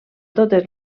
totes